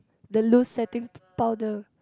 the loose setting powder